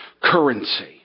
currency